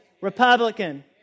Republican